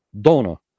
Dona